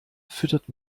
füttert